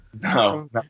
No